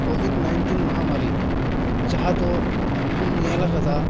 covid nineteen ᱢᱚᱦᱟᱢᱟᱨᱤ ᱡᱟᱦᱟᱸ ᱫᱚ ᱟᱵᱚ ᱵᱚᱱ ᱧᱮᱞ ᱠᱟᱫᱟ